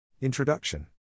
Introduction